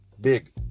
big